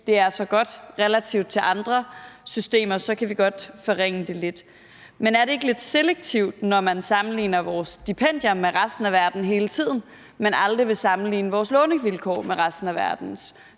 det er så godt i forhold til andre systemer, kan vi godt forringe det lidt. Men er det ikke lidt selektivt, når man sammenligner vores stipendier med resten af verden hele tiden, men aldrig vil sammenligne vores lånevilkår med resten af verdens?